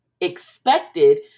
expected